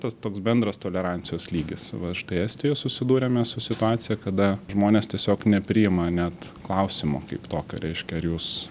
tas toks bendras tolerancijos lygis va štai estijos susidūrėme su situacija kada žmonės tiesiog nepriima net klausimo kaip tokio reiškia ar jūs